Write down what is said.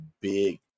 big